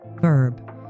verb